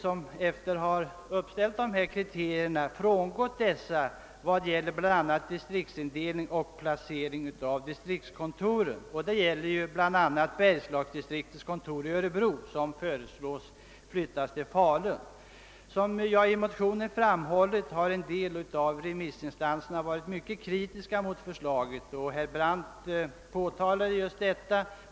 efter att ha uppställt dessa kriterier frångått dessa vad gäller bl a. distriktsindelning och placering av distriktskontoren. Det gäller bl.a. bergslagsdistriktets kontor i Örebro som föreslås bli flyttat till Falun. Som jag framhållit i motionen har en del av remissinstanserna varit mycket kritiska mot förslaget, vilket herr Brandt erinrade om.